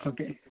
okay